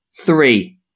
three